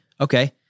Okay